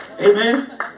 Amen